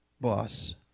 boss